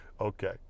Okay